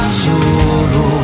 solo